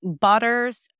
butters